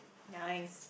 nice